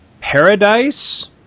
Paradise